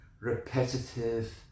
repetitive